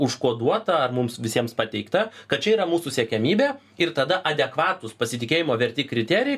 užkoduota ar mums visiems pateikta kad čia yra mūsų siekiamybė ir tada adekvatūs pasitikėjimo verti kriterijai